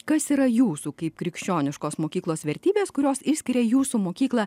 kas yra jūsų kaip krikščioniškos mokyklos vertybės kurios išskiria jūsų mokyklą